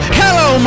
hello